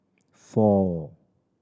four